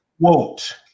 quote